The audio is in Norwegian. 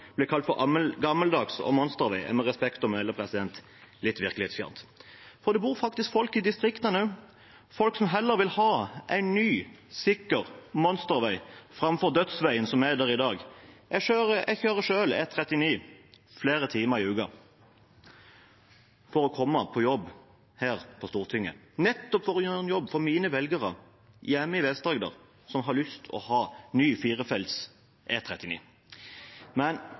er med respekt å melde litt virkelighetsfjernt. For det bor faktisk folk i distriktene også, folk som heller vil ha en ny, sikker monstervei framfor dødsveien som er der i dag. Jeg kjører selv E39 flere timer i uken for å komme meg på jobb her på Stortinget, nettopp for å gjøre en jobb for mine velgere hjemme i Vest-Agder, som har lyst til å ha ny firefelts E39. Men